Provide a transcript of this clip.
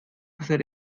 hacer